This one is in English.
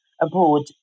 abroad